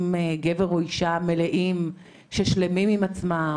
גבר או אישה מלאים ששלמים עם עצמם,